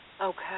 Okay